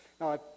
Now